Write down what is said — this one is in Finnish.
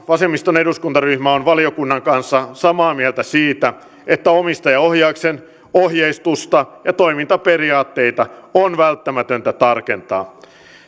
vasemmiston eduskuntaryhmä on valiokunnan kanssa samaa mieltä siitä että omistajaohjauksen ohjeistusta ja toimintaperiaatteita on välttämätöntä tarkentaa